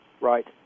Right